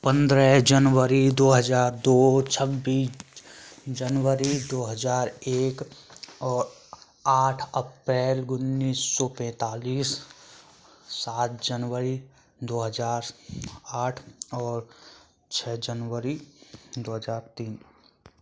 पंद्रह जनवरी दो हज़ार दो छब्बीस जनवरी दो हज़ार एक और आठ अप्रेल उन्नीस सौ पैंतालीस सात जनवरी दो हज़ार आठ और छ जनवरी दो हज़ार तीन